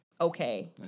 okay